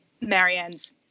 Marianne's